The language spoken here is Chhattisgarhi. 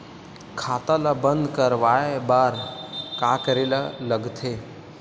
खाता ला बंद करवाय बार का करे ला लगथे?